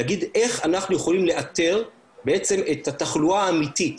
ולהגיד איך אנחנו יכולים לאתר בעצם את התחלואה האמיתית.